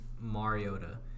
Mariota